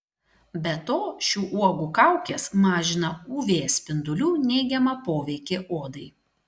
be to šių uogų kaukės mažina uv spindulių neigiamą poveikį odai